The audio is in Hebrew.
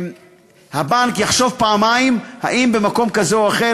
שהבנק יחשוב פעמיים אם במקום כזה או אחר